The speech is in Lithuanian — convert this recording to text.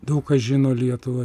daug kas žino lietuvą